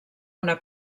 una